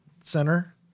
center